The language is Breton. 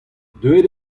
deuet